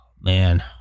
man